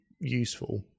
useful